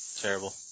terrible